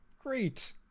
Great